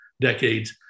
decades